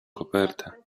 kopertę